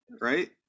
right